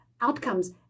outcomes